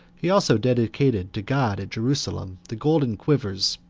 he also dedicated to god at jerusalem the golden quivers,